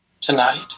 tonight